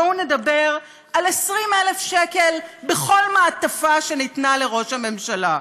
בואו נדבר על 20,000 שקל בכל מעטפה שניתנה לראש הממשלה,